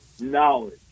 knowledge